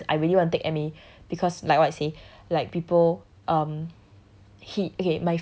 so to me is I really want to take M_A because like what I say like people um